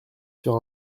sur